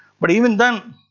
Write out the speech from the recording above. but even then